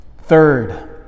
Third